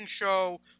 show